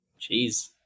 Jeez